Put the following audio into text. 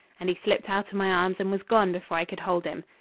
and he slipped out of my arms and was gone before i could hold him.